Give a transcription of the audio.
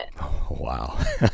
Wow